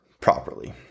properly